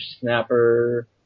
snapper